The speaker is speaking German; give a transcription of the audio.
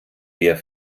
eher